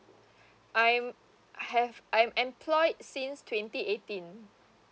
I'm have I'm employed since twenty eighteen